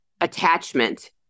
attachment